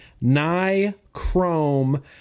Ni-Chrome